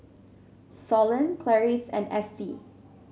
Solon Clarice and Estie